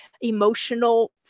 emotional